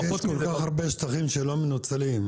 יש כל כך הרבה שטחים שלא מנוצלים,